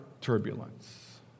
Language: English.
turbulence